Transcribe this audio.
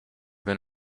been